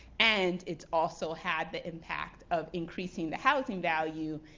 and it's also had the impact of increasing the housing value.